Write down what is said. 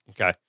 okay